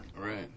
Right